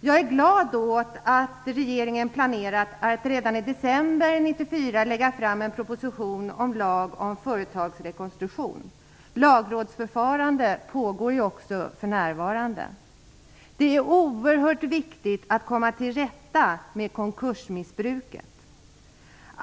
Jag är glad över att regeringen planerar att redan i december 1994 lägga fram en proposition om lag om företagsrekonstruktion. Lagrådsförfarande pågår också för närvarande. Det är oerhört viktigt att komma till rätta med konkursmissbruket.